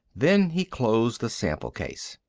then he closed the sample case.